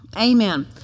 Amen